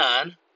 on